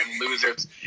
losers